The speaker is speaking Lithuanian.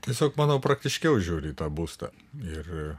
tiesiog manau praktiškiau žiūri į tą būstą ir